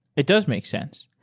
it does make sense.